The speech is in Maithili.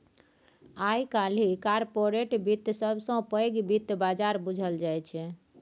आइ काल्हि कारपोरेट बित्त सबसँ पैघ बित्त बजार बुझल जाइ छै